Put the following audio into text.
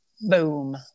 Boom